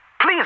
Please